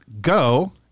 go